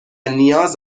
نیاز